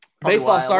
baseball